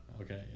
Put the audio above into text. Okay